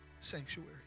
sanctuary